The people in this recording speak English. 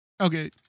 okay